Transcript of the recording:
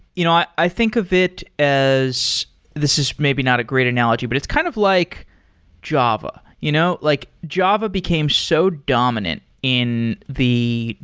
you know i i think of it as this is maybe not a great analogy, but it's kind of like java. you know like java became so dominant in the,